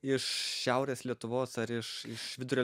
iš šiaurės lietuvos ar iš iš vidurio